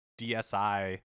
DSi